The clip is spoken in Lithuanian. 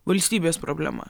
valstybės problema